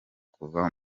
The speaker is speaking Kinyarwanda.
kuva